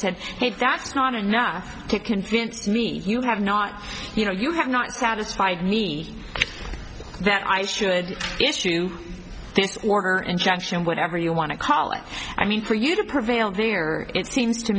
said if that's not enough to convince me you have not you know you have not satisfied me that i should issue you order injunction whatever you want to call it i mean for you to prevail there it seems to